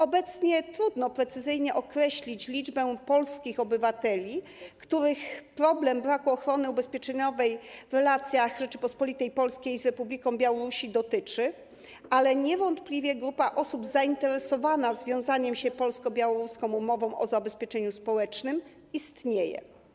Obecnie trudno precyzyjnie określić liczbę polskich obywateli, których problem braku ochrony ubezpieczeniowej w relacjach Rzeczypospolitej Polskiej z Republiką Białorusi dotyczy, ale niewątpliwie grupa osób zainteresowana związaniem się polsko-białoruską umową o zabezpieczeniu społecznym istnieje.